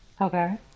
Okay